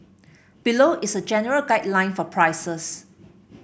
below is a general guideline for prices